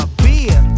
beer